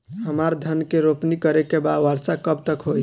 हमरा धान के रोपनी करे के बा वर्षा कब तक होई?